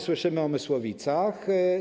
Słyszymy o Mysłowicach.